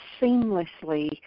seamlessly